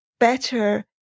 better